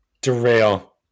derail